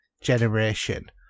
generation